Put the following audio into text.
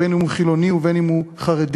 בין שהוא חילוני ובין שהוא חרדי.